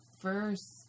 first